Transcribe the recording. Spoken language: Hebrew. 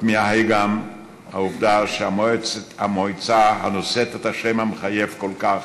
מתמיהה היא גם העובדה שהמועצה הנושאת את השם המחייב כל כך,